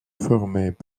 formaient